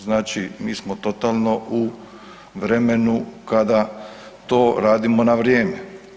Znači mi smo totalno u vremenu kada to radimo na vrijeme.